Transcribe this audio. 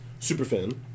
superfan